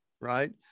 right